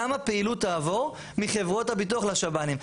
כמה פעילות תעבור מחברות הביטוח לשב"נים?